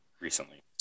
recently